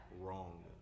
wrong